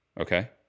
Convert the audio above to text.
Okay